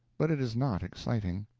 but it is not exciting.